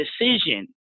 decision